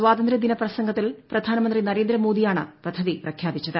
സ്വാതന്ത്ര്യ ദിന പ്രസംഗത്തിൽ പ്രധാനമന്ത്രി നരേന്ദ്രമോദിയാണ് പദ്ധതി പ്രഖ്യാപിച്ചത്